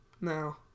No